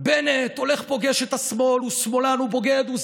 בנט הולך, פוגש את השמאל, הוא שמאלן, הוא בוגד.